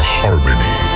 harmony